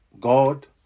God